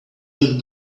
little